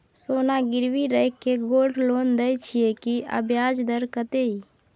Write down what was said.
सोना गिरवी रैख के गोल्ड लोन दै छियै की, आ ब्याज दर कत्ते इ?